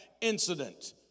incident